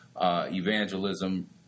evangelism